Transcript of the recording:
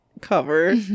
cover